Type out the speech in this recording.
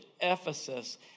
Ephesus